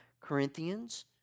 Corinthians